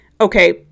Okay